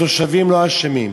התושבים לא אשמים.